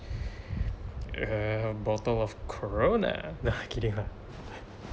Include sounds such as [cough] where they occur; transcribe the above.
a bottle of corona nah kidding lah [laughs]